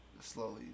slowly